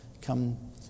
come